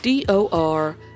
DOR